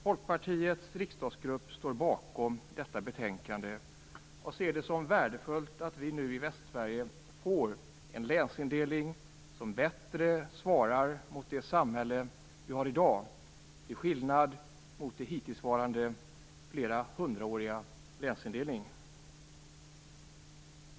Folkpartiets riksdagsgrupp står bakom detta betänkande och ser det som värdefullt att vi nu i Västsverige får en länsindelning som bättre svarar mot det samhälle vi har i dag till skillnad mot den hittillsvarande flera hundra år gamla länsindelningen.